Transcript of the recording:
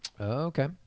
Okay